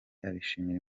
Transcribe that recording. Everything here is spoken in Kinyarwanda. abishimira